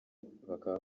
bakaba